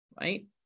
Right